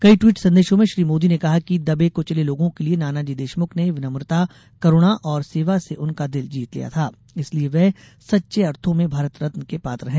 कई ट्वीट संदेशों में श्री मोदी ने कहा कि दबे कुचले लोगों के लिये नानाजी देशमुख ने विनम्रता करूणा और सेवा से उनका दिल जीत लिया था इसलिये वे सच्चे अर्थो में भारत रत्न के पात्र हैं